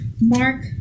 Mark